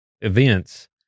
events